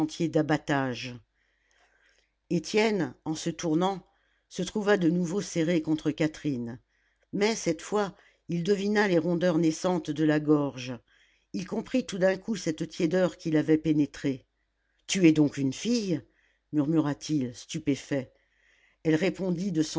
d'abattage étienne en se tournant se trouva de nouveau serré contre catherine mais cette fois il devina les rondeurs naissantes de la gorge il comprit tout d'un coup cette tiédeur qui l'avait pénétré tu es donc une fille murmura-t-il stupéfait elle répondit de